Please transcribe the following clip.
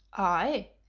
i?